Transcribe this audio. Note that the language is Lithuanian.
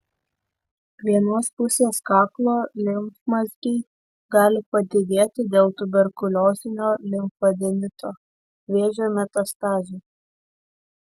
vienos pusės kaklo limfmazgiai gali padidėti dėl tuberkuliozinio limfadenito vėžio metastazių